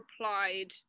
replied